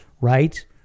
Right